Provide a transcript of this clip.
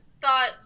thought